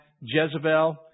Jezebel